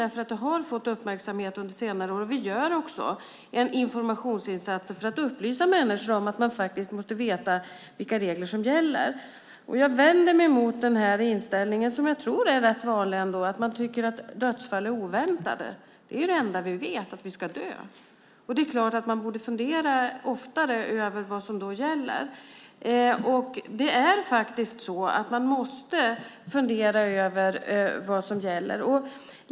Det här har fått uppmärksamhet under senare år, och vi gör informationsinsatser för att upplysa människor om att man måste veta vilka regler som gäller. Jag vänder mig mot inställningen, som jag tror är rätt vanlig, att man tycker att dödsfall är oväntade. Det enda vi vet är att vi ska dö. Det är klart att man oftare borde fundera över vad som då gäller.